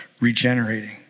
regenerating